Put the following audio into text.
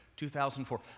2004